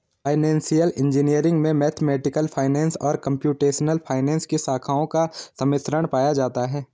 financial engineering में mathematical finance और computational finance की शाखाओं का सम्मिश्रण पाया जाता है